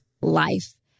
life